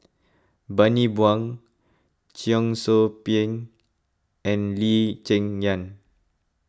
Bani Buang Cheong Soo Pieng and Lee Cheng Yan